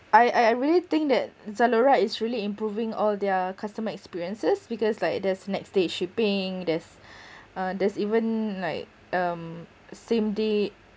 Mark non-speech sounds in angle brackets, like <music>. I I I really think that Zalora is really improving all their customer experiences because like there's next day shipping there's <breath> uh there's even like um same day